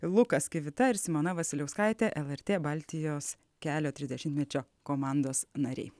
lukas kivita ir simona vasiliauskaitė lrt baltijos kelio trisdešimtmečio komandos nariai